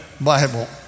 Bible